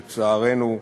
לצערנו,